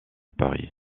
paris